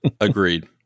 agreed